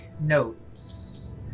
notes